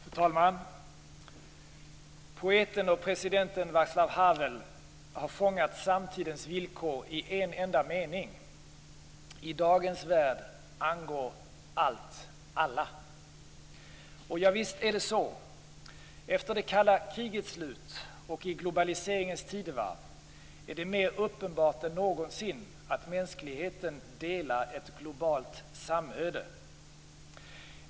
Fru talman! Poeten och presidenten Václav Havel har fångat samtidens villkor i en enda mening: "I dagens värld angår allt alla." Och visst är det så. Efter det kalla krigets slut och i globaliseringens tidevarv är det mer uppenbart än någonsin att mänskligheten delar ett globalt samöde.